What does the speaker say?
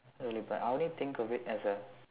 really but I only think of it as a